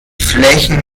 flächen